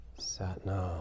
Satnam